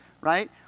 right